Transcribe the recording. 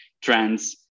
trends